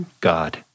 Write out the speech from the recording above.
God